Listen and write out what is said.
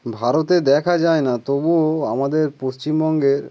ভারতে দেখা যায় না তবুও আমাদের পশ্চিমবঙ্গের